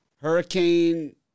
Hurricane